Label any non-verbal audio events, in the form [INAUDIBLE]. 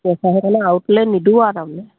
[UNINTELLIGIBLE] নিদিওঁ আৰু তাৰমানে